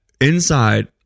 inside